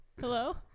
Hello